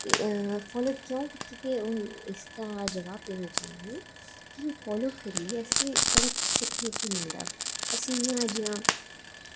follow क्यों कीते दे ते हून इसदा जबाव देने च कि फॉलो करियै इसी बड़ा कुछ सिक्खने च मिलदा असें इ'यां जि'यां